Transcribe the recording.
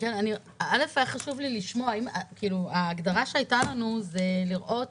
היה חשוב לי לשמוע, ההגדרה שהייתה לנו היא לראות